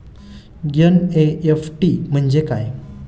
NEFT म्हणजे काय?